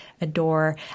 adore